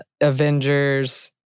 Avengers